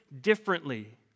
differently